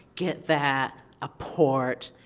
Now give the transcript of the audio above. get that, a port,